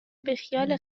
بیخیال